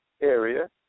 area